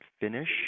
finish